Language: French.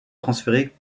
transféré